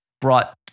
brought